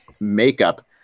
makeup